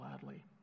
gladly